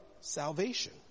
salvation